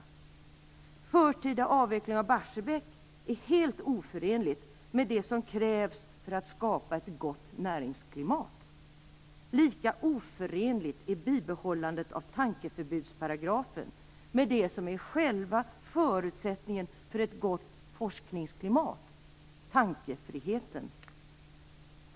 En förtida avveckling av Barsebäck är helt oförenlig med det som krävs för att skapa ett gott näringsklimat. Lika oförenligt med det som är själva förutsättningen för ett gott forskningsklimat, nämligen tankefriheten, är bibehållandet av tankeförbudsparagrafen.